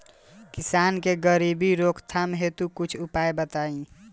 किसान के गरीबी रोकथाम हेतु कुछ उपाय बताई?